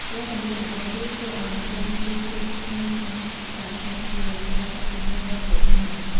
វត្តមានរបស់វាធ្វើឲ្យម្ហូបមានរសជាតិឈ្ងុយឆ្ងាញ់ពិសេស និងជាអត្តសញ្ញាណនៃម្ហូបខ្មែរ។